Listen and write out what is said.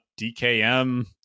DKM